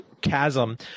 chasm